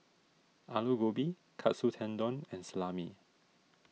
Alu Gobi Katsu Tendon and Salami